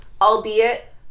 albeit